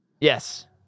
Yes